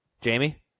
Jamie